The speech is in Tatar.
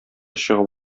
чыгып